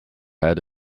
head